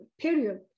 period